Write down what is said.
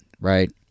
Right